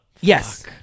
Yes